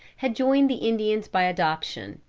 had joined the indians by adoption.